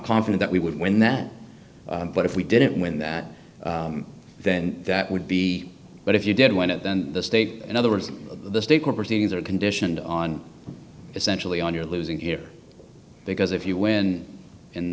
confident that we would win that but if we didn't win that then that would be but if you did when it then the state in other words the state court proceedings are conditioned on essentially on you're losing here because if you win